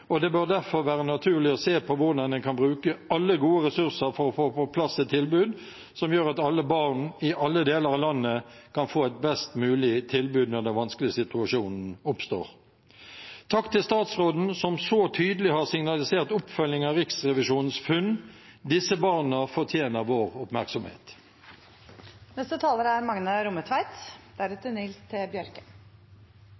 og det bør derfor være naturlig å se på hvordan en kan bruke alle gode ressurser for å få på plass et tilbud som gjør at alle barn i alle deler av landet kan få et best mulig tilbud når den vanskelige situasjonen oppstår. Takk til statsråden, som så tydelig har signalisert oppfølging av Riksrevisjonens funn. Disse barna fortjener vår